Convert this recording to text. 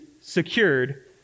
secured